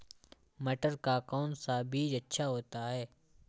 मटर का कौन सा बीज अच्छा होता हैं?